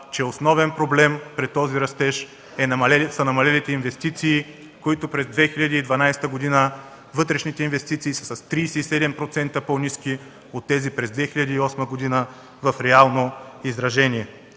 че основен проблем при този растеж са намалелите инвестиции, като през 2012 г. вътрешните инвестиции са с 37% по-ниски от тези през 2008 г. в реално изражение.